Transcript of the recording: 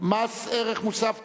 מס ערך מוסף (תיקון,